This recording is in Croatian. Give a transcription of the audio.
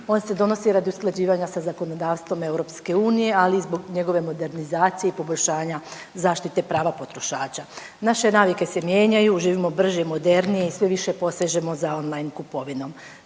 On se donosi radi usklađivanja sa zakonodavstvom EU, ali i zbog njegove modernizacije i poboljšanje zaštite prava potrošača. Naše navike se mijenjaju, živimo brže i modernije i sve više posežemo za online kupovinom.